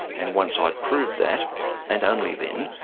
and once ah i'd proved that and only then,